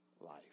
life